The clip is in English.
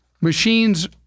machines